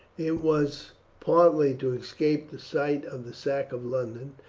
it was partly to escape the sight of the sack of london,